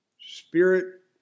spirit